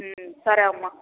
సరే అమ్మ